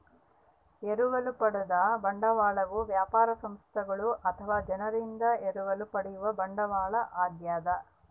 ಎರವಲು ಪಡೆದ ಬಂಡವಾಳವು ವ್ಯವಹಾರ ಸಂಸ್ಥೆಗಳು ಅಥವಾ ಜನರಿಂದ ಎರವಲು ಪಡೆಯುವ ಬಂಡವಾಳ ಆಗ್ಯದ